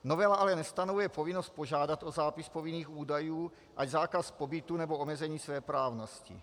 Novela ale nestanovuje povinnost požádat o zápis povinných údajů, ať zákaz pobytu, nebo omezení svéprávnosti.